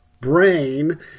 brain